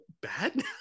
bad